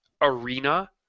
arena